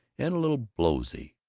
and a little blowsy.